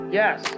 yes